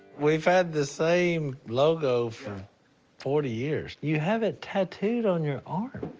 we've had the same logo for forty years. you have it tattooed on your arm.